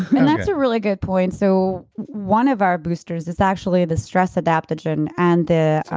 and that's a really good point. so, one of our boosters is actually the stress adaptogen and the.